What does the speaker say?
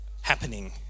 happening